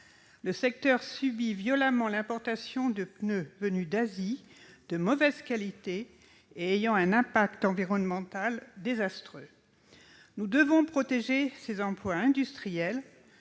le secteur subit violemment l'importation de pneus venus d'Asie, de mauvaise qualité et à l'impact environnemental désastreux. Nous devons protéger les emplois industriels